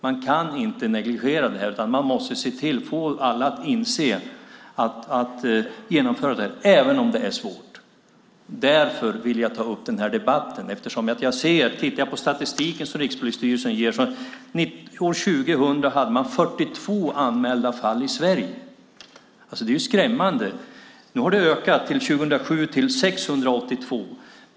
Man kan inte negligera det, utan man måste få alla att inse att göra det även om det är svårt. Därför ville jag ta upp den här debatten. Enligt Rikspolisstyrelsens statistik hade man år 2000 42 anmälda fall i Sverige. Det är skrämmande. Nu har det ökat till 682 år 2007.